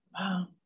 wow